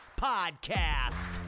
Podcast